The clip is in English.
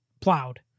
plowed